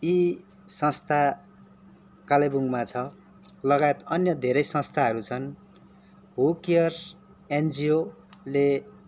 यी संस्था कालेबुङमा छ लगायत अन्य धेरै संस्थाहरू छन् हु केयर्स एनजिओले